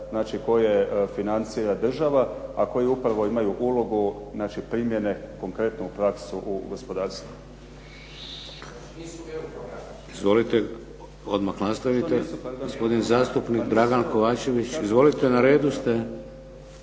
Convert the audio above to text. koje financira država, a koju upravo imaju ulogu primjene konkretno u praksu u gospodarstvo. **Šeks, Vladimir (HDZ)** Izvolite odmah nastavite. Gospodin zastupnik Dragan Kovačević. **Kovačević,